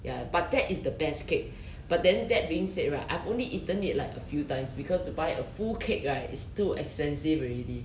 ya but that is the best cake but then that being said right I've only eaten it like a few times because to buy a full cake right it's too expensive already